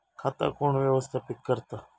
खाता कोण व्यवस्थापित करता?